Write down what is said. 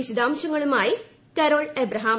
വിശദാംശങ്ങളുമായി Carol Abraham